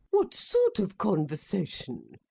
what sort of conversation?